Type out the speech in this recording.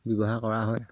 ব্যৱহাৰ কৰা হয়